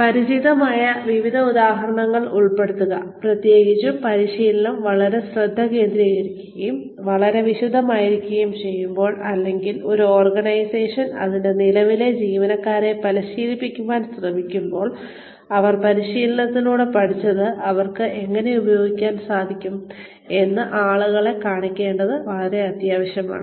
പരിചിതമായ വിവിധ ഉദാഹരണങ്ങൾ ഉൾപ്പെടുത്തുക പ്രത്യേകിച്ചും പരിശീലനം വളരെ ശ്രദ്ധ കേന്ദ്രീകരിക്കുകയും വളരെ വിശദമായിരിക്കുകയും ചെയ്യുമ്പോൾ അല്ലെങ്കിൽ ഒരു ഓർഗനൈസേഷൻ അതിന്റെ നിലവിലെ ജീവനക്കാരെ പരിശീലിപ്പിക്കാൻ ശ്രമിക്കുമ്പോൾ അവർ പരിശീലനത്തിലൂടെ പഠിച്ചത് അവർക്ക് എങ്ങനെ ഉപയോഗിക്കാൻ സാധിക്കും എന്ന് ആളുകളെ കാണിക്കേണ്ടത് വളരെ അത്യാവശ്യമാണ്